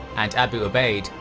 and abu ubaid,